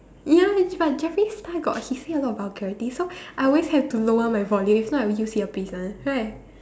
ya but Jeffrey Star got he say a lot of vulgarities so I always have to lower my volume if not I'll use earpiece one right